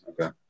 Okay